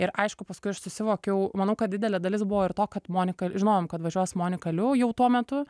ir aišku paskui aš susivokiau manau kad didelė dalis buvo ir to kad monika žinojom kad važiuos monika liu jau tuo metu